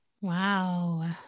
Wow